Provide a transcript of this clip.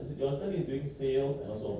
the malay guy who I call